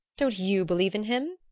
don't you believe in him?